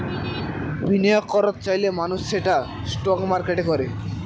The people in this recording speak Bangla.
বিনিয়োগ করত চাইলে মানুষ সেটা স্টক মার্কেটে করে